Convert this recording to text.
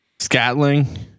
Scatling